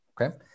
Okay